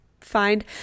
find